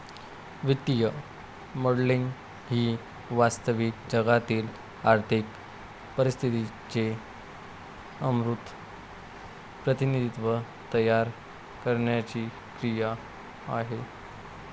वित्तीय मॉडेलिंग ही वास्तविक जगातील आर्थिक परिस्थितीचे अमूर्त प्रतिनिधित्व तयार करण्याची क्रिया आहे